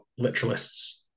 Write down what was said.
literalists